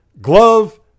glove